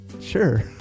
sure